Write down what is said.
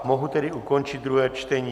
Mohu tedy ukončit druhé čtení.